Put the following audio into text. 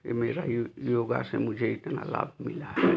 ये मेरा योगा से मुझे इतना लाभ मिला है